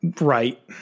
right